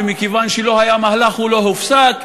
ומכיוון שלא היה מהלך הוא לא הופסק.